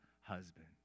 husband